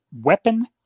weapon